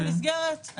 זו המסגרת.